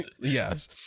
Yes